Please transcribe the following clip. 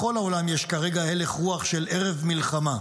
בכל העולם יש כרגע הלך רוח של ערב מלחמה.